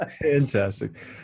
fantastic